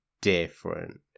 different